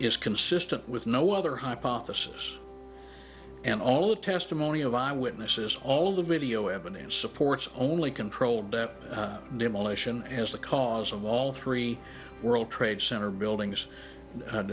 is consistent with no other hypothesis and all the testimony of eyewitnesses all of the video evidence supports only controlled that demolition has the cause of all three world trade center buildings